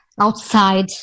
outside